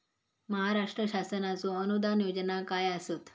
महाराष्ट्र शासनाचो अनुदान योजना काय आसत?